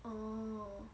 oh